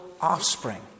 offspring